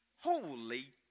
Holy